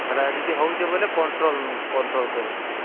ସେଟା ଯଦି ହଉଛି ବୋଲେ କଣ୍ଟ୍ରୋଲ୍ କଣ୍ଟ୍ରୋଲ୍ କରୁଥିବେ